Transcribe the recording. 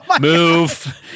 Move